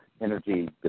energy